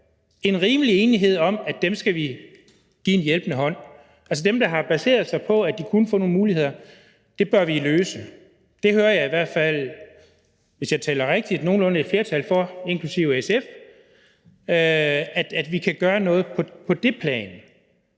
en rimelig enighed om vi skal give en hjælpende hånd. Dem, der har baseret sig på, at de kunne få nogle muligheder, bør vi kunne finde en løsning for. Det hører jeg i hvert fald, hvis jeg tæller rigtigt, et flertal for, inklusive SF, så vi kan gøre noget på det plan,